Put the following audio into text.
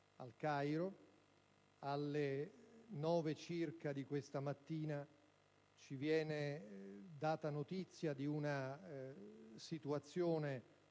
Il Cairo. Alle ore 9 circa di questa mattina ci viene data notizia di una situazione